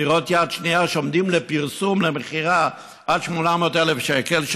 דירות יד שנייה בפרסום שעומדות למכירה עד 800,000 שקלים,